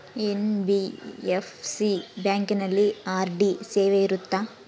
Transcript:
NBFC ಬ್ಯಾಂಕಿನಲ್ಲಿ RD ಸೇವೆ ಇರುತ್ತಾ?